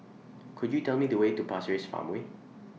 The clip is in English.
Could YOU Tell Me The Way to Pasir Ris Farmway